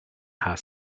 had